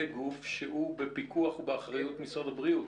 גוף שהוא בפיקוח ובאחריות משרד הבריאות,